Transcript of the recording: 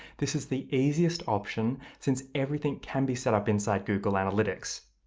this is the easiest option since everything can be set up inside google analytics.